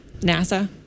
NASA